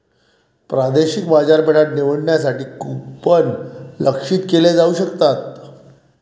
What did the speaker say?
प्रादेशिक बाजारपेठा निवडण्यासाठी कूपन लक्ष्यित केले जाऊ शकतात